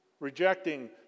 Rejecting